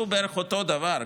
שהוא בערך אותו הדבר,